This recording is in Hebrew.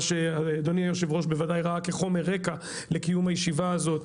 שאדוני היושב-ראש בוודאי ראה כחומר רקע לקיום הישיבה הזאת,